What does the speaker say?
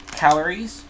calories